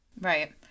Right